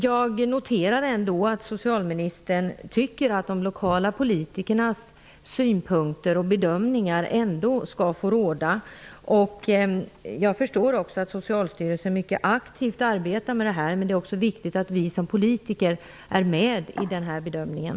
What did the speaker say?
Jag noterar att socialministern tycker att de lokala politikernas synpunkter och bedömningar skall få råda, och jag förstår också att Socialstyrelsen mycket aktivt arbetar med det här. Men det är också viktigt att vi som politiker är med i den här bedömningen.